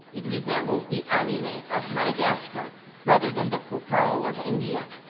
it resembles the anime of madagascar rather than the copal of india,